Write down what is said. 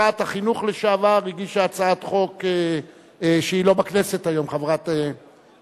ושרת החינוך לשעבר, שאינה בכנסת היום, חברת הכנסת